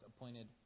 appointed